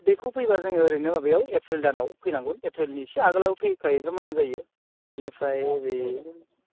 बेखौ फैब्ला जोङो ओरैनो माबायाव एप्रिल दानाव फैनांगौ एप्रिलनि एसे आगोल आगोल फैखायोब्ला मोजां जायो बिनिफ्राय ओरै